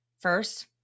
First